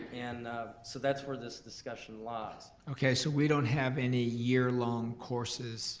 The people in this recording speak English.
and so that's where this discussion lies. okay, so we don't have any year-long courses